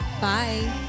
Bye